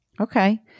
Okay